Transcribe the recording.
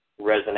resonate